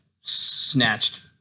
snatched